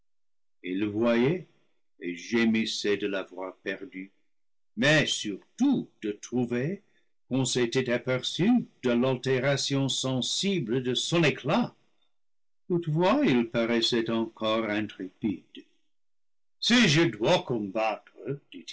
il le voyait et gémissait de l'avoir perdue mais surtout de trouver qu'on s'était aperçu de l'altération sensible de son éclat toutefois il paraissait encore intrépide si je dois combattre